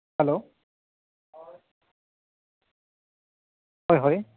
hello হয় হয়